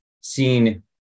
seen